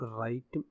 right